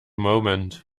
moment